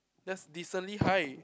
just decently high